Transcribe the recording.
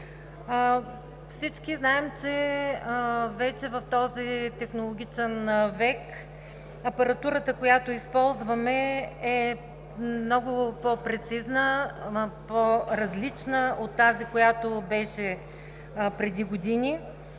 Всички знаем, че в този технологичен век апаратурата, която използваме, е много по-прецизна, по-различна от тази, която беше преди години,